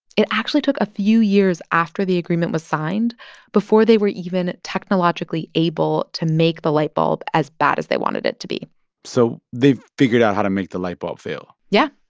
it actually took a few years after the agreement was signed before they were even technologically able to make the light bulb as bad as they wanted it to be so they figured out how to make the light bulb fail yeah,